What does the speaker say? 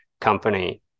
company